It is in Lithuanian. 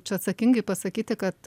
čia atsakingai pasakyti kad